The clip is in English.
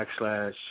backslash